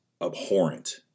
abhorrent